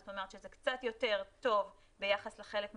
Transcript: זאת אומרת שזה קצת יותר טוב ביחס לחלק מהאוכלוסייה.